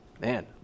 man